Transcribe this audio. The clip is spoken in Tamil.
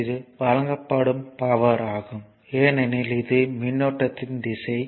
இது வழங்கப்படும் பவர் ஆகும் ஏனெனில் இது மின்னோட்டத்தின் திசை